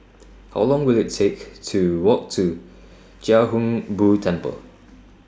How Long Will IT Take to Walk to Chia Hung Boo Temple